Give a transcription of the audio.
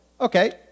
Okay